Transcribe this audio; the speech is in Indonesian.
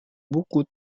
buku